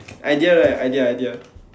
idea right idea idea